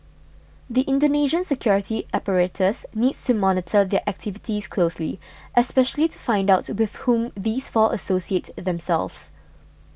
the Indonesian security apparatus needs to monitor their activities closely especially to find out with whom these four associate themselves